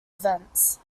events